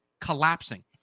collapsing